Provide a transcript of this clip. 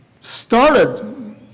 started